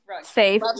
Safe